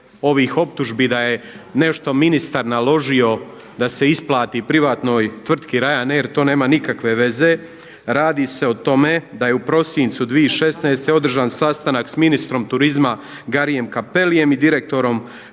ovih optužbi da je nešto ministar naložio da se isplati privatnoj tvrtki Ryanair to nema nikakve veze. Radi se o tome da je u prosincu 2016. održan sastanak s ministrom turizma Garrijem Cappelijem i direktorom